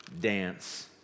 dance